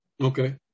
Okay